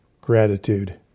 gratitude